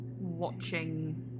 watching